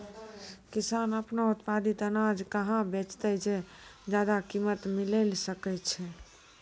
किसान आपनो उत्पादित अनाज कहाँ बेचतै जे ज्यादा कीमत मिलैल सकै छै?